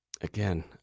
Again